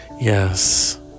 Yes